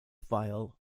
file